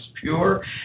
pure